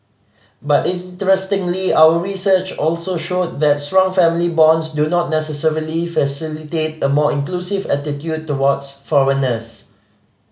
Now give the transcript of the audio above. but interestingly our research also showed that strong family bonds do not necessarily facilitate a more inclusive attitude towards foreigners